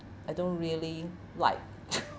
I don't really like